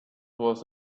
was